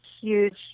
huge